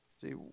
See